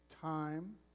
time